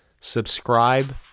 subscribe